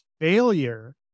failure